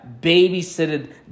babysitted